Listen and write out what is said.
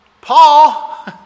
Paul